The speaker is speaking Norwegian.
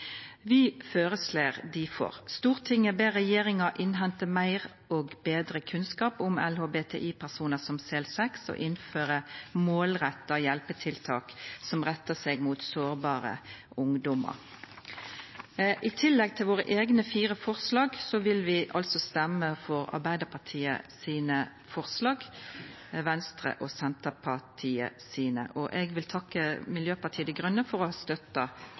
Vi føreslår difor: «Stortinget ber regjeringen innhente mer og bedre kunnskap om LHBTI-personer som selger sex, og innføre målretta hjelpetiltak som retter seg mot sårbare ungdommer.» I tillegg til våre eigne fire forslag vil vi stemma for Arbeidarpartiet sine forslag og Venstre og Senterpartiet sine. Og eg vil takka Miljøpartiet Dei Grøne – og andre som måtte gjera det – for å ha støtta